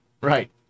Right